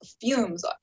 fumes